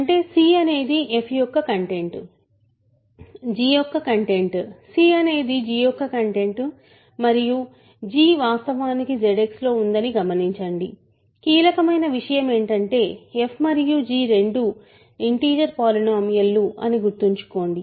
అంటే c అనేది f యొక్క కంటెంట్ g యొక్క కంటెంట్ c అనేది g యొక్క కంటెంట్ మరియు g వాస్తవానికి ZX లో ఉందని గమనించండి కీలకమైన విషయం ఏంటంటే f మరియు g రెండూ ఇంటిజర్ పాలినోమియల్ లు అని గుర్తుంచుకోండి